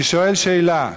אני שואל שאלה: